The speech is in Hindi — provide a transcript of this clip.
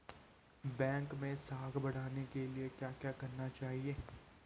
बैंक मैं साख बढ़ाने के लिए क्या क्या करना चाहिए?